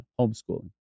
homeschooling